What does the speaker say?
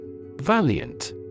Valiant